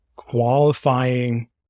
qualifying